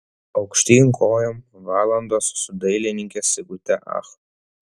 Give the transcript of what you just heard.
aukštyn kojom valandos su dailininke sigute ach